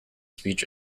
speech